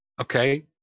okay